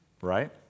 Right